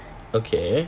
okay